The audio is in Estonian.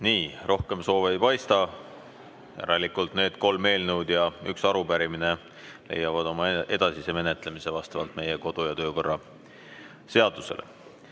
Nii, rohkem soove ei paista. Need kolm eelnõu ja üks arupärimine leiavad oma edasise menetlemise vastavalt meie kodu‑ ja töökorra seadusele.